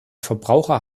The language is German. verbraucher